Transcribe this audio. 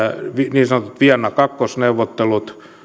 niin sanotut viennan kakkosneuvottelut